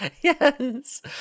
Yes